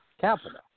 capital